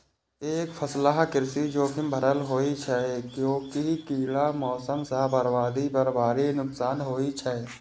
एकफसला कृषि जोखिम भरल होइ छै, कियैकि कीड़ा, मौसम सं बर्बादी पर भारी नुकसान होइ छै